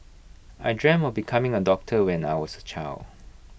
I dreamt of becoming A doctor when I was A child